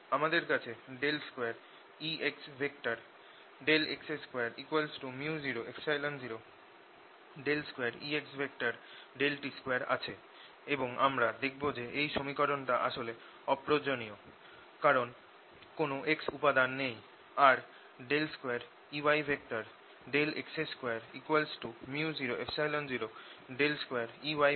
আমাদের কাছে 2Exx2 µ002Ext2 আছে এবং আমরা দেখব যে এই সমীকরণটা আসলে অপ্রয়োজনীয় কারণ কোন x উপাদান নেই আর 2Eyx2 µ002Eyt2